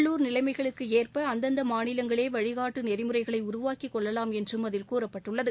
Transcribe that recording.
உள்ளுர் நிலைமைகளுக்கு ஏற்ப அந்தந்த மாநிலங்களே வழிகாட்டு நெறிமுறைகளை உருவாக்கிக்கொள்ளலாம் என்றும் அதில் கூறப்பட்டுள்ளது